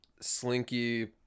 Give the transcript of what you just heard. slinky